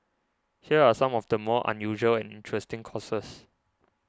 here are some of the more unusual and interesting courses